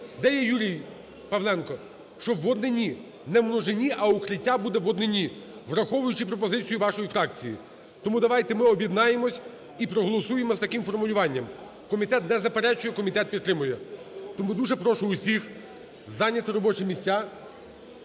де є Юрій Павленко, що в однині, не в множині, а "Укриття" буде в однині, враховуючи пропозицію вашої фракції. Тому давайте ми об'єднаємося і проголосуємо з таким формулюванням. Комітет не заперечує, комітет підтримує. Тому дуже прошу усіх зайняти робочі місця